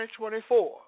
2024